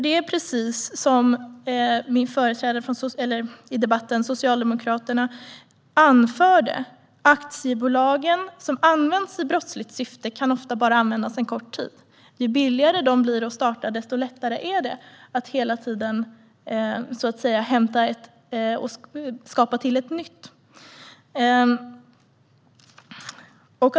Det är precis som min företrädare i debatten från Socialdemokraterna anförde: Aktiebolag som används i brottsligt syfte kan ofta bara användas en kort tid. Ju billigare de blir att starta, desto lättare är det att hela tiden skapa ett nytt. Fru talman!